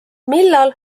millal